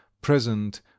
present